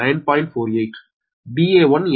48 Da1 8